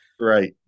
Right